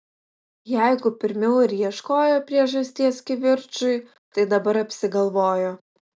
jeigu pirmiau ir ieškojo priežasties kivirčui tai dabar apsigalvojo